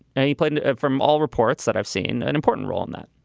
and he played from all reports that i've seen an important role in that